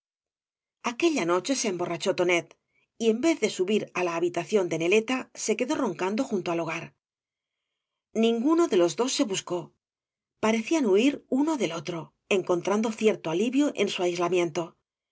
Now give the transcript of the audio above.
aquella noche se emborrachó tonet y en vez de subir á la habitación do neleta se quedó roncando junto al hogar ninguno de los dos se buscó parecían huir uno del otro encontrando cierto alivio en su aislamiento